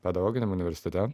pedagoginiam universitete